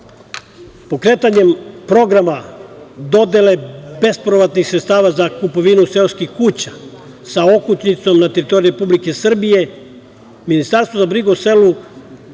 programa dodele bespovratnih sredstava za kupovinu seoskih kuća sa okućnicom na teritoriji Republike Srbije, Ministarstvo za brigu o selu